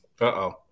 Uh-oh